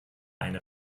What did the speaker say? eine